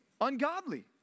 Ungodly